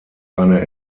eine